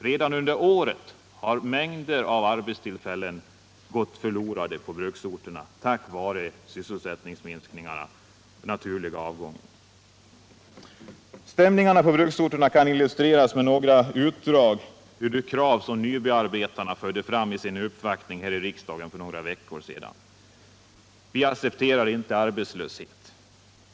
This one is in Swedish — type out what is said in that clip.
Redan under året har mängder av arbetstillfällen gått förlorade på bruksorterna bl.a. på grund av minskad naturlig avgång. Stämningarna på bruksorterna kan illustreras med några utdrag ur de krav som Nybyarbetarna förde fram vid sin uppvaktning här i riksdagen för några veckor sedan: De accepterar inte arbetslöshet.